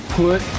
put